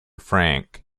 frank